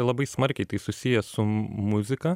labai smarkiai tai susiję su muzika